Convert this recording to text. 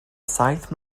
saith